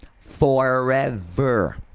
Forever